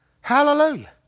Hallelujah